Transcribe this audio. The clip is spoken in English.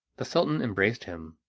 the sultan embraced him,